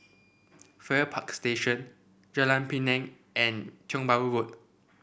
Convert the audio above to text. Farrer Park Station Jalan Pinang and Tiong Bahru Road